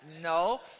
no